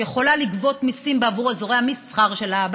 יכולה לגבות מיסים בעבור אזורי המסחר שלה,